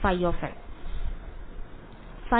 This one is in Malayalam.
വിദ്യാർത്ഥി ϕn